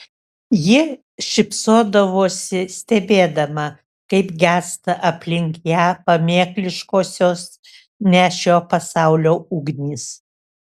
ji šypsodavosi stebėdama kaip gęsta aplink ją pamėkliškosios ne šio pasaulio ugnys